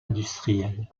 industrielle